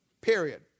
Period